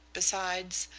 besides,